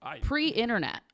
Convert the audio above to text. Pre-internet